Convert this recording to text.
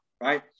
Right